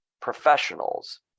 professionals